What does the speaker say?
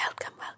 welcome